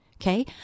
Okay